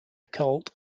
occult